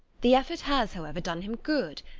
the effort has, however, done him good.